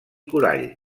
coral